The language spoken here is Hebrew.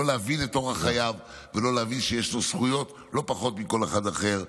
לא להבין את אורח חייו ולא להבין שיש לו זכויות לא פחות מלכל אחד אחר.